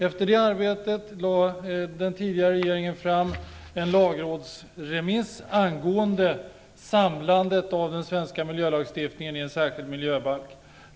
Efter detta arbete lade den tidigare regeringen fram en lagrådsremiss angående samlandet av den svenska miljölagstiftningen i en särskild miljöbalk.